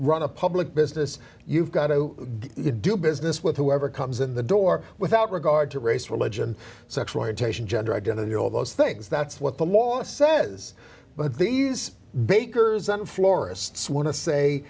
run a public business you've got to do business with whoever comes in the door without regard to race religion sexual orientation gender identity all of those things that's what the law says but these bakers and florists wan